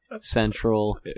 Central